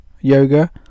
Yoga